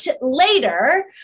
later